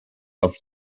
auf